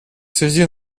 связи